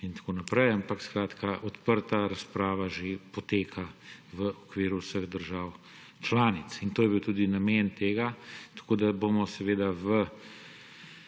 in tako naprej, ampak odprta razprava že poteka v okviru vseh držav članic. In to je bil tudi namen tega. V nadaljevanju